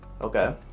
Okay